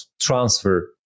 transfer